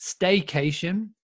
staycation